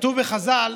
כתוב בחז"ל